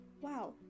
wow